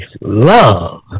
love